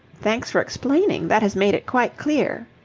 thanks for explaining. that has made it quite clear.